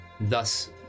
thus